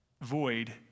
void